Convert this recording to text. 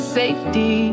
safety